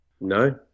No